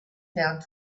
found